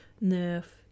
nerve